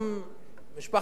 משפחת רותם עולים,